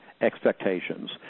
expectations